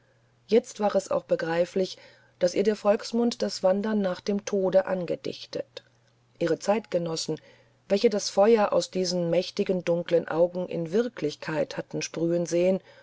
jetzt war es auch begreiflich daß ihr der volksmund das wandern nach dem tode angedichtet ihre zeitgenossen welche das feuer aus diesen mächtigen dunklen augen in wirklichkeit hatten sprühen sehen